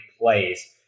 plays